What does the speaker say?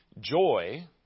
Joy